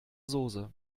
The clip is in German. soße